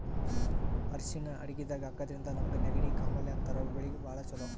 ಅರ್ಷಿಣ್ ಅಡಗಿದಾಗ್ ಹಾಕಿದ್ರಿಂದ ನಮ್ಗ್ ನೆಗಡಿ, ಕಾಮಾಲೆ ಅಂಥ ರೋಗಗಳಿಗ್ ಭಾಳ್ ಛಲೋ